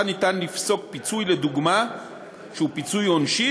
ניתן לפסוק פיצוי לדוגמה שהוא פיצוי עונשי,